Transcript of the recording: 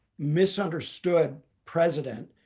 misunderstood president.